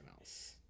else